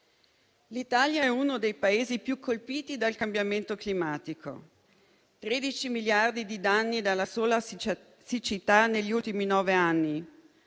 L'Italia è uno dei Paesi più colpiti dal cambiamento climatico: 13 miliardi di danni dalla sola siccità negli ultimi nove anni;